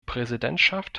präsidentschaft